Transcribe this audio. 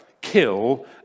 kill